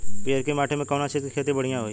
पियरकी माटी मे कउना चीज़ के खेती बढ़ियां होई?